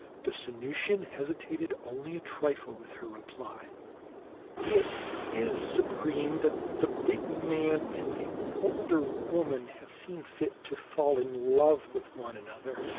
the sanusian hesitated only a trifle with her reply it is, supreme, that the big man and the older woman have seen fit to fall in love with one another,